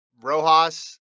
Rojas